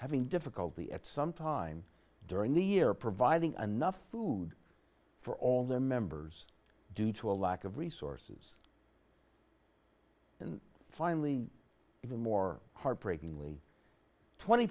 having difficulty at some time during the year providing anough food for all their members due to a lack of resources and finally even more heartbreakingly twenty